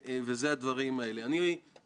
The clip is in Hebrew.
והוא שהוועדה הייתה מנועה